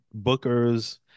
bookers